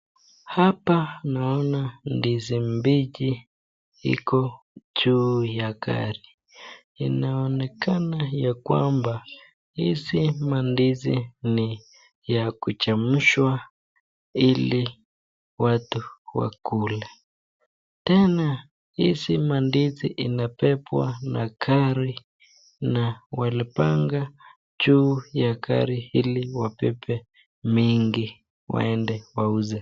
Hapa naona Iko juu ya gari, inaonekana ya kwamba hizi, mandizi ni ya kuchemushwa Ili watu wakule. Tena hizi mandizi imebebwa na gari na walipakwa juu ya gari ili wabebe mingi waende wauze.